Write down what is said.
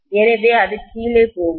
எனவே அது கீழே போகும்